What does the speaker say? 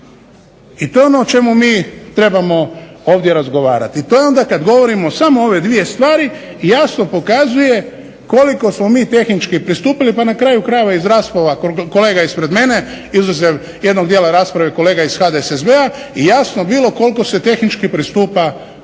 I to je ono o čemu mi trebamo ovdje razgovarat i to je onda kad govorimo samo ove dvije stvari jasno pokazuje koliko smo mi tehnički pristupili pa na kraju krajeva iz rasprava kolega ispred mene, izuzev jednog dijela rasprave kolega iz HDSSB-a je jasno bilo koliko se tehnički pristupa ovome